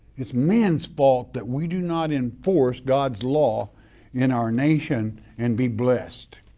it's man's fault that we do not enforce god's law in our nation and be blessed.